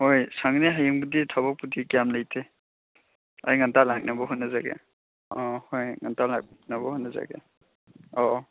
ꯍꯣꯏ ꯁꯪꯅꯤ ꯍꯌꯦꯡꯕꯨꯗꯤ ꯊꯕꯛꯄꯨꯗꯤ ꯀꯌꯥꯝ ꯂꯩꯇꯦ ꯑꯩ ꯉꯟꯇꯥ ꯂꯥꯛꯅꯕ ꯍꯣꯠꯅꯖꯒꯦ ꯑꯥ ꯍꯣꯏ ꯉꯟꯇꯥ ꯂꯥꯀꯅꯕ ꯍꯣꯠꯅꯖꯒꯦ ꯑꯧ ꯑꯧ